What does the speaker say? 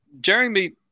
Jeremy